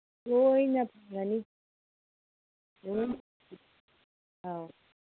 ꯂꯣꯏꯅ ꯐꯪꯉꯅꯤ ꯑꯧ